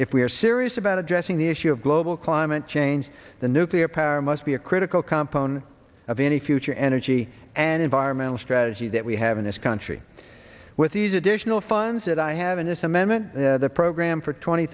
if we are serious about addressing the issue of global climate change the nuclear power must be a critical component of any future energy and environmental strategy that we have in this country with these additional funds that i have in this amendment the program for twenty